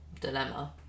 dilemma